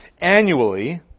Annually